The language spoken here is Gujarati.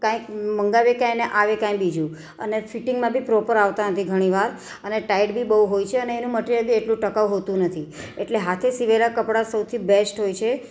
કાંઈક મંગાવીએ તો એને આવે કાંઈ બીજું અને ફીટીંગમાં બી પ્રોપર આવતા નથી ઘણી વાર અને ટાઈટ બી બહુ હોય છે અને એનું મટીરયલ બી એટલું ટકાઉ હોતું નથી એટલે હાથે સીવેલા કપડા સૌથી બેસ્ટ હોય છે